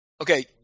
okay